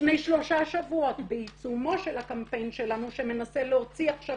לפני שלושה שבועות בעיצומו של הקמפיין שלנו שמנסה להוציא עכשיו